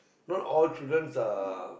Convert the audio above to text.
not all childrens are